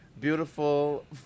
beautiful